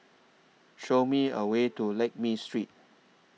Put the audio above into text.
Show Me A Way to Lakme Street